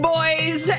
Boys